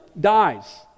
dies